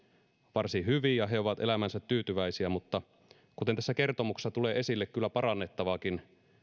varsin hyvin ja he ovat elämäänsä tyytyväisiä mutta kuten tässä kertomuksessa tulee esille kyllä parannettavaakin